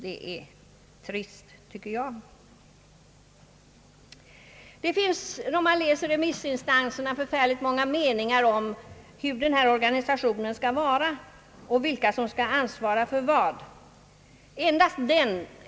Det är trist, tycker jag. Det finns hos remissinstanserna många meningar om hur denna organisation skall vara och vilka som skall ansvara för vad.